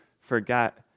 forget